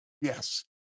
Yes